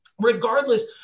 regardless